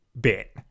bit